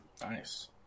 Nice